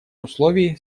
условий